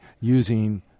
using